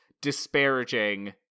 disparaging